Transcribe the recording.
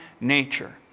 nature